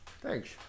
thanks